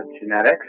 genetics